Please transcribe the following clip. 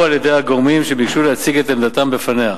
על-ידי הגורמים שביקשו להציג את עמדתם בפניה.